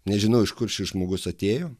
nežinau iš kur šis žmogus atėjo